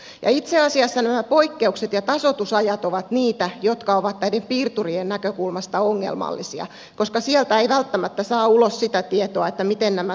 ja itse asiassa nämä poikkeukset ja tasoitusajat ovat niitä jotka ovat näiden piirturien näkökulmasta ongelmallisia koska niistä ei välttämättä saa ulos sitä tietoa miten nämä tasoitusajat menevät